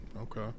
Okay